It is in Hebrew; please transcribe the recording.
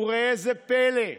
וראה זה פלא,